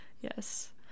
yes